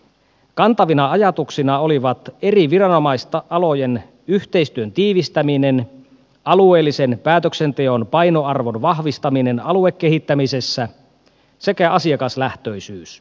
kantavina ajatuksina olivat eri viranomaisalojen yhteistyön tiivistäminen alueellisen päätöksenteon painoarvon vahvistaminen aluekehittämisessä sekä asiakaslähtöisyys